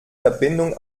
verbindung